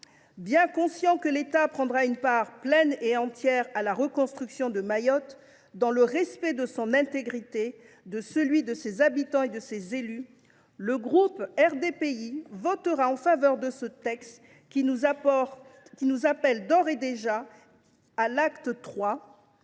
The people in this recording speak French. Bien conscient que l’État prendra une part pleine et entière à la reconstruction de Mayotte, dans le respect de son intégrité, de ses habitants et de ses élus, le groupe RDPI votera en faveur de ce texte, qui nous appelle d’ores et déjà à un acte